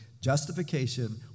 Justification